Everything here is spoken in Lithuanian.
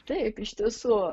taip iš tiesų